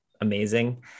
amazing